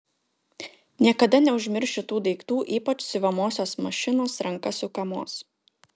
niekada neužmiršiu tų daiktų ypač siuvamosios mašinos ranka sukamos